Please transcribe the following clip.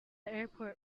airport